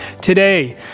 today